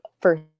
first